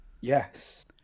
Yes